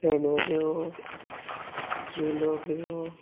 फेणुऱ्यो जेलोब्यो